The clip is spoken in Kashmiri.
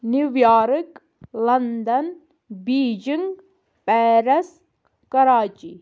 New York London Beijing Paris Karachi